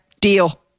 Deal